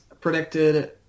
predicted